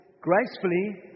gracefully